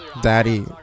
daddy